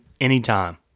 anytime